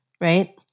right